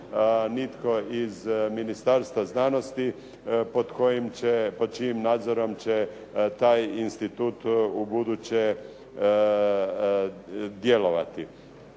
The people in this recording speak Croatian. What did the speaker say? nitko iz Ministarstva znanosti pod kojim će, pod čijim nadzorom će taj institut ubuduće djelovati.